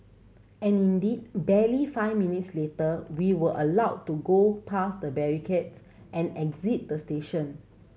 and indeed barely five minutes later we were allowed to go past the barricades and exit the station